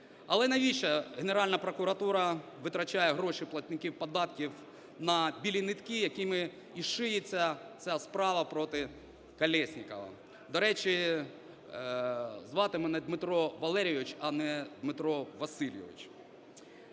Але навіщо Генеральна прокуратура витрачає гроші платників податків на білі нитки, якими і шиється ця справа проти Колєснікова. До речі, звати мене Дмитро Валерійович, а не Дмитро Васильович.